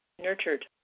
nurtured